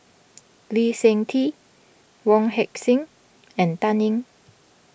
Lee Seng Tee Wong Heck Sing and Dan Ying